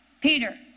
Peter